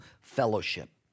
fellowship